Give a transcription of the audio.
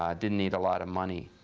um didn't need a lot of money,